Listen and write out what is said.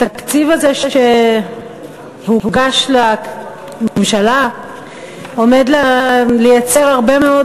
התקציב הזה שהוגש לממשלה עומד לייצר הרבה מאוד